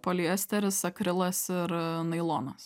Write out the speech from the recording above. poliesteris akrilas ir nailonas